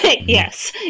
yes